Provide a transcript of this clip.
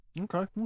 Okay